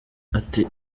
ati